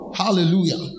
hallelujah